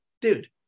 dude